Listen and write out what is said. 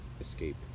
escape